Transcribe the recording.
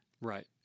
Right